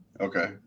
Okay